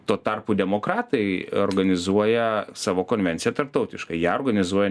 tuo tarpu demokratai organizuoja savo konvenciją tarptautiškai ją organizuoja